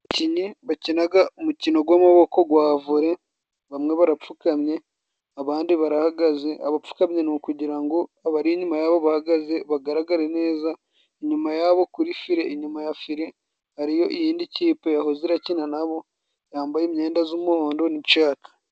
Abakinnyi bakina umukino w'amaboko wa vore, bamwe barapfukamye abandi barahagaze, abapfukamye ni ukugira ngo abari inyuma bahagaze bagaragare neza, inyuma yabo kuri fire inyuma ya fire hariyo iyindi kipe yahoze ikina na bo, yambaye imyenda y'umuhondo n'icyatsi.